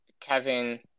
Kevin